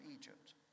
Egypt